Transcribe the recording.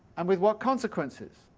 and with what consequences,